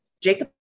Jacob